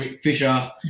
Fisher